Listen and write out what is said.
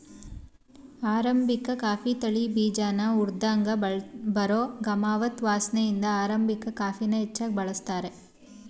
arabica coffee ತಳಿ ಬೀಜನ ಹುರ್ದಾಗ ಬರೋ ಗಮವಾದ್ ವಾಸ್ನೆಇಂದ ಅರಾಬಿಕಾ ಕಾಫಿನ ಹೆಚ್ಚಾಗ್ ಬಳಸ್ತಾರೆ